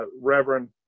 Reverend